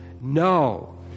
No